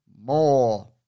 more